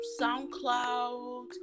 soundcloud